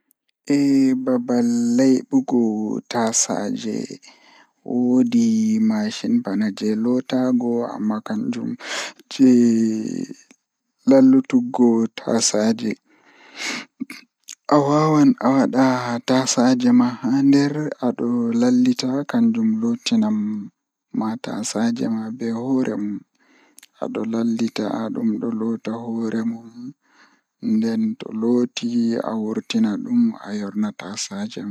Máyusinii njaɓtorɗe ɗum e njoɓdi ngal waɗa tuugde saɓo ngal ngal ngal. Aƴɓo hoore ngal fiyaangu ngal nguurndam ngal.